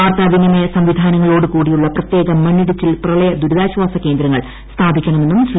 വാർത്താ വിനിമയ സംവിധാനങ്ങളോടുകൂടിയുള്ള പ്രത്യേക മണ്ണിടിച്ചിൽ പ്രളയ ദുരിതാശ്ചാസ കേന്ദ്രങ്ങൾ സ്ഥാപിക്കണമെന്നും ശ്രീ